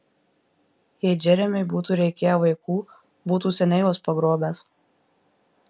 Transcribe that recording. jei džeremiui būtų reikėję vaikų būtų seniai juos pagrobęs